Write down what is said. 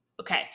Okay